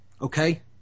Okay